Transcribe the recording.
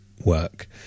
work